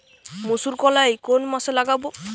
মুসুরকলাই কোন মাসে লাগাব?